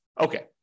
Okay